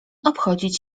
obchodzić